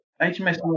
HMS